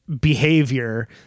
behavior